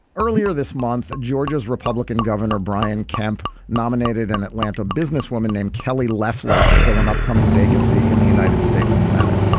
earlier this month, georgia's republican governor, brian kemp nominated an atlanta businesswoman named kelly lefler to fill an upcoming vacancy in the united states senate.